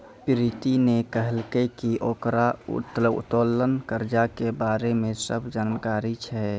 प्रीति ने कहलकै की ओकरा उत्तोलन कर्जा के बारे मे सब जानकारी छै